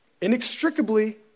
inextricably